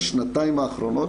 בשנתיים האחרונות,